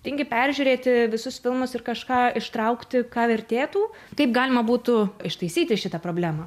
tingi peržiūrėti visus filmus ir kažką ištraukti ką vertėtų kaip galima būtų ištaisyti šitą problemą